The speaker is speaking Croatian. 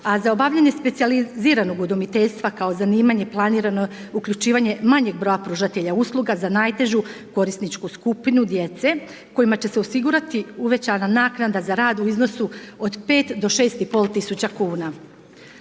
a za obavljanje specijaliziranog udomiteljstva kao zanimanje planirano je uključivanje manjeg broja pružatelja usluga za najtežu korisničku skupinu djece kojima će se osigurati uvećana naknada za rad u iznosu od 5 do 6 i